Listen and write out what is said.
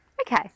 Okay